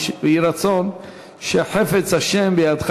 ויהי רצון שחפץ ה' בידך